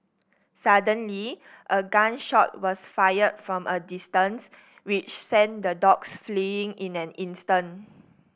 suddenly a gun shot was fired from a distance which sent the dogs fleeing in an instant